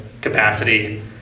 capacity